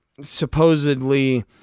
supposedly